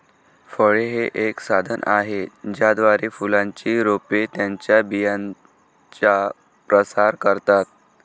फळे हे एक साधन आहे ज्याद्वारे फुलांची रोपे त्यांच्या बियांचा प्रसार करतात